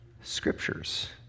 scriptures